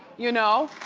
you know.